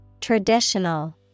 Traditional